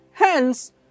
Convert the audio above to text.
Hence